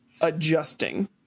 adjusting